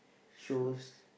sure